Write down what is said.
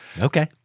Okay